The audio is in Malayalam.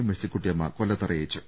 മേഴ്സിക്കുട്ടിയമ്മ കൊല്ലത്ത് അറിയിച്ചു